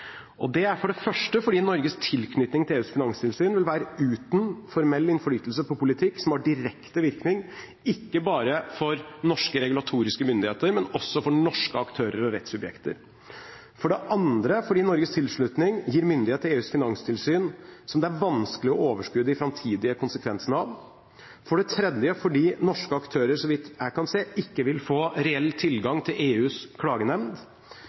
saken. Det er for det første fordi Norges tilknytning til EUs finanstilsyn vil være uten formell innflytelse på politikk som har direkte virkning, ikke bare for norske regulatoriske myndigheter, men også for norske aktører og rettssubjekter, for det andre fordi Norges tilslutning gir myndighet til EUs finanstilsyn som det er vanskelig å overskue de framtidige konsekvensene av, for det tredje fordi norske aktører, så vidt jeg kan se, ikke vil få reell tilgang til EUs klagenemnd,